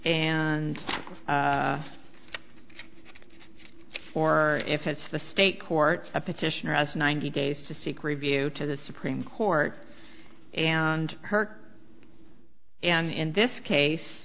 and or if it's the state court a petition has ninety days to seek review to the supreme court and hurt and in this case